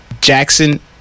Jackson